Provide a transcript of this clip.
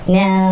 no